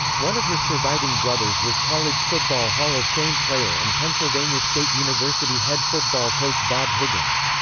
one of her surviving brothers was college football hall of fame player and pennsylvania state university head football coach bob higgins.